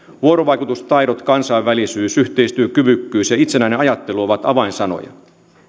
vuorovaikutustaidot kansainvälisyys yhteistyökyvykkyys ja itsenäinen ajattelu ovat avainsanoja